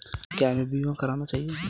क्या हमें बीमा करना चाहिए?